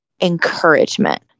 encouragement